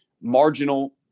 marginal